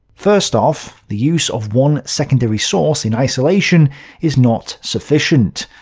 first off, the use of one secondary source in isolation is not sufficient.